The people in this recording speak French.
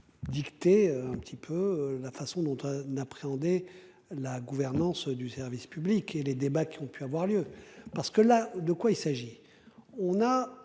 Dicté un petit peu la façon dont tu n'appréhender. La gouvernance du service public et les débats qui ont pu avoir lieu, parce que là de quoi il s'agit. On a